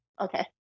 okay